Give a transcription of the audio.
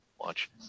watch